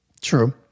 True